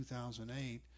2008